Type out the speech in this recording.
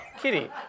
Kitty